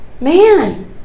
man